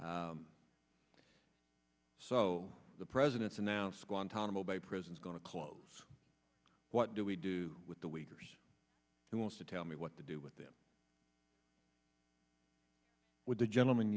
so the president's announced guantanamo bay prison is going to close what do we do with the weavers who want to tell me what to do with them with the gentleman